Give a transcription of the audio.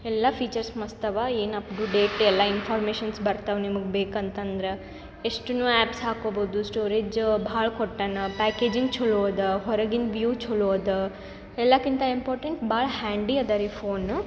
ಎಲ್ಲಾ ಫೀಚರ್ಸ್ ಮಸ್ತ್ ಅವ ಏನು ಅಪ್ ಟು ಡೇಟ್ ಎಲ್ಲ ಇನ್ಫಾರ್ಮೇಷನ್ಸ್ ಬರ್ತವ ನಿಮ್ಗೆ ಬೇಕಂತಂದ್ರೆ ಎಷ್ಟುನು ಆ್ಯಪ್ಸ್ ಹಾಕೋಬೋದು ಸ್ಟೋರೇಜ್ ಭಾಳ ಕೊಟ್ಟಾನ ಪ್ಯಾಕೇಜಿಂಗ್ ಚಲೋ ಅದ ಹೊರಗಿಂದು ವ್ಯೂ ಚಲೋ ಅದ ಎಲ್ಲಕಿಂತ ಇಂಪಾರ್ಟೆಂಟ್ ಭಾಳ ಹ್ಯಾಂಡಿ ಅದ ರೀ ಫೋನು